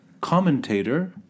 commentator